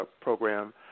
program